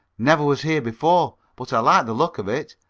never was here before. but i like the look of it.